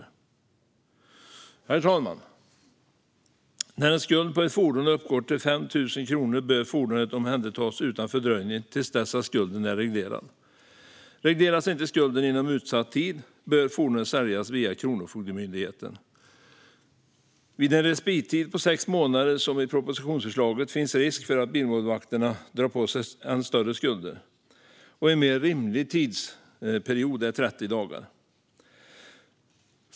Herr ålderspresident! När en skuld på ett fordon uppgår till 5 000 kronor bör fordonet omhändertas utan fördröjning till dess att skulden är reglerad. Regleras inte skulden inom utsatt tid bör fordonet säljas via Kronofogdemyndigheten. Vid en respittid på sex månader, som i propositionsförslaget, finns risk för att bilmålvakterna drar på sig ännu större skulder. En mer rimlig tidsperiod är 30 dagar.